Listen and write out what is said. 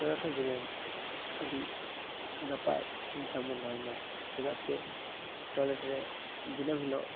toilet ᱦᱚᱸ ᱡᱮᱢᱚᱱ ᱟᱹᱰᱤ ᱱᱟᱯᱚᱟᱭ ᱪᱷᱤᱢ ᱪᱷᱟᱢ ᱵᱚᱱ ᱫᱚᱦᱚᱭ ᱢᱟ ᱪᱮᱫᱟᱜ ᱥᱮ ᱴᱚᱭᱞᱮᱴ ᱨᱮ ᱫᱤᱱᱟᱹᱢ ᱦᱤᱞᱳᱜ